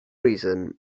reason